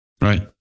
Right